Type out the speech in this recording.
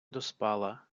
доспала